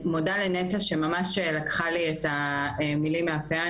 לנטע שממש לקחה לי את המילים מהפה.